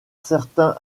certains